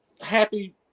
happy